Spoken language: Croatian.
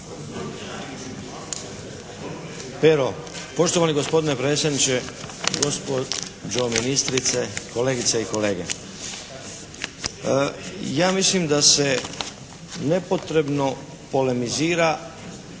Poštovani gospodine predsjedniče, gospođo ministrice, kolegice i kolege. Ja mislim da se nepotrebno polemizira